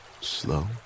slow